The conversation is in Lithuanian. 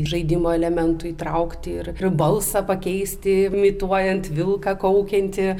žaidimo elementų įtraukti ir ir balsą pakeis imituojant vilką kaukiantį